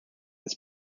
its